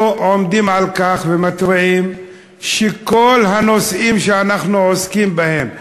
אנחנו עומדים על כך ומתריעים שכל הנושאים שאנחנו עוסקים בהם,